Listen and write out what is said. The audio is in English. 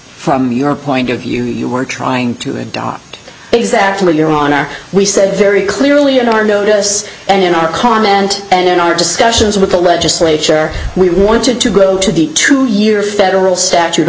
from your point of view you were trying to adopt exactly your honor we said very clearly in our notice and in our comment and in our discussions with the legislature we wanted to go to the two year federal statute of